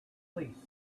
police